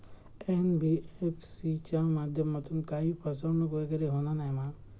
NBFC च्या माध्यमातून काही फसवणूक वगैरे होना नाय मा?